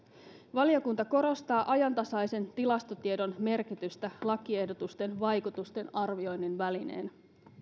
valiokunta korostaa ajantasaisen tilastotiedon merkitystä lakiehdotusten vaikutusten arvioinnin välineenä